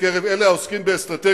בקרב אלה העוסקים באסטרטגיה,